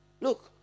Look